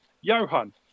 Johan